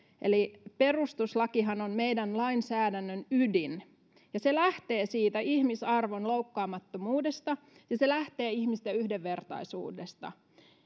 eli perustuslakihan on meidän lainsäädännön ydin ja se lähtee ihmisarvon loukkaamattomuudesta ja se lähtee ihmisten yhdenvertaisuudesta